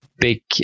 big